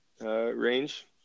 range